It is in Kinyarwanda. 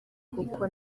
kuko